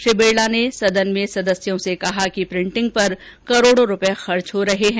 श्री बिरला ने सदन में सदस्यों से कहा कि प्रिंटिंग पर करोड़ों रूपए खर्च हो रहे हैं